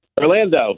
orlando